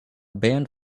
band